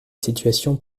situation